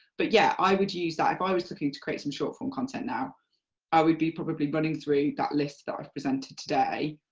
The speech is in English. but yeah, i would use that if i was looking to create some short form content now i would be probably running through that list ah that presented today,